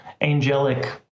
angelic